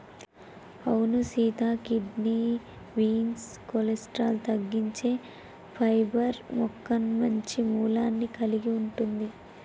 అవును Sita kidney beans cholesterol తగ్గించే fibre మొక్క మంచి మూలాన్ని కలిగి ఉంటుంది